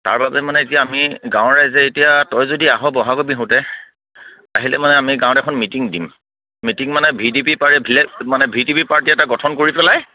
তাৰ বাবে মানে এতিয়া আমি গাঁৱৰ ৰাইজে এতিয়া তই যদি আহ ব'হাগৰ বিহুতে আহিলে মানে আমি গাঁৱত এখন মিটিং দিম মিটিং মানে ভি ডি পি পাৰ ভিলেজ মানে ভি ডি পি পাৰ্টি এটা গঠন কৰি পেলাই